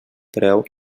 preu